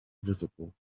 visible